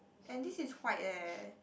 and this is white eh